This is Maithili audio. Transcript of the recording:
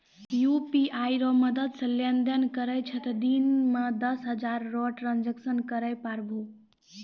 यू.पी.आई रो मदद से लेनदेन करै छहो तें दिन मे दस हजार रो ट्रांजेक्शन करै पारभौ